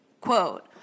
quote